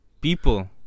people